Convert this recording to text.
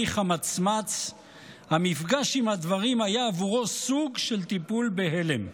חמצמץ המפגש עם הדברים היה בעבורו סוג של טיפול בהלם.